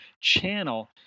channel